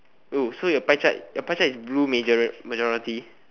oh so your pie chart your pie chart is blue majori~ majority